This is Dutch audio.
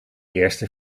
eerste